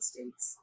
States